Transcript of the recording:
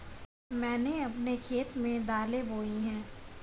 मैंने अपने खेत में दालें बोई हैं